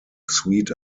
sweet